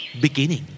beginning